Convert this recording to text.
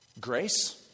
Grace